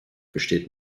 besteht